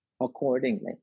accordingly